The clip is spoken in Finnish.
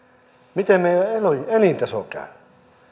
miten meidän elintason käy